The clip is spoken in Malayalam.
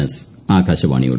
എസ് ആകാശവാണിയോട്